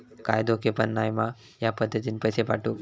काय धोको पन नाय मा ह्या पद्धतीनं पैसे पाठउक?